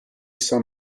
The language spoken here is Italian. san